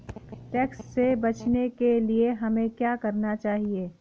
Tax से बचने के लिए हमें क्या करना चाहिए?